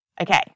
Okay